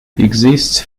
exists